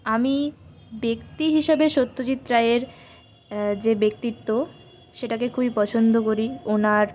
আমি ব্যক্তি হিসাবে সত্যজিৎ রায়ের যে ব্যক্তিত্ব সেটাকে খুবই পছন্দ করি ওনার